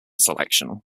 selection